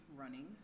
running